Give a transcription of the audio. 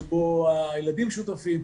שבו הילדים שותפים,